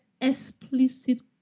explicit